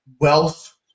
wealth